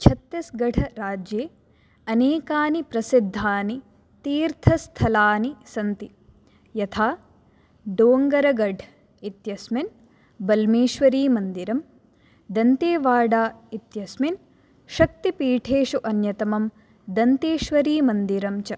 छत्तीसगढ़ राज्ये अनेकानि प्रसिद्धानि तीर्थस्थलानि सन्ति यथा डोङ्गरगढ् इत्यस्मिन् बल्मेश्वरीमन्दिरं दन्तेवाडा इत्यस्मिन् शक्तिपीठेषु अन्यतमं दन्तेश्वरीमन्दिरं च